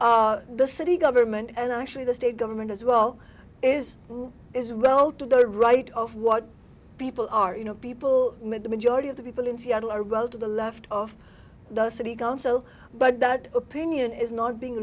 the city government and actually the state government as well is is well to the right of what people are you know people with the majority of the people in seattle are well to the left of the city council but that opinion is not being